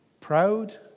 proud